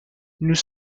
nous